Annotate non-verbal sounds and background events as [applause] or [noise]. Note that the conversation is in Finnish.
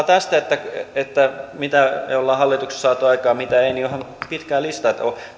[unintelligible] tästä että että mitä me olemme hallituksessa saaneet aikaan ja mitä emme niin on pitkä lista